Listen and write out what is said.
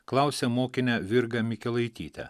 klausia mokinę virgą mikelaitytę